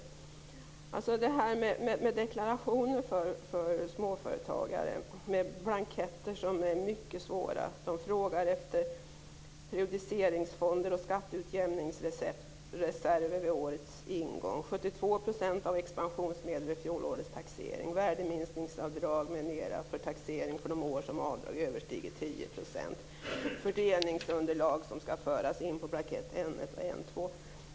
Deklarationsblanketter för deklaration för småföretagare är mycket svåra. Man frågar efter periodiseringsfonder och skatteutjämningsreserver vid årets ingång, 72 % av expansionsmedel vid fjolårets taxering, värdeminskningsavdrag m.m. för taxering de år som avdrag överstiger 10 % och fördelningsunderlag som skall föras in på blanketten N 1 och N 2.